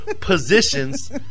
Positions